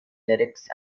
lyrics